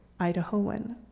Idahoan